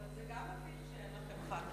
אבל זה גם מביך שאין לכם ח"כיות.